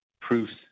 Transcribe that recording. proofs